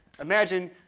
Imagine